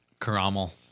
Caramel